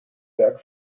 werk